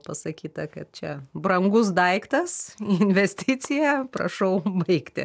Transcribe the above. pasakyta kad čia brangus daiktas investicija prašau baigti